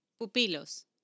Pupilos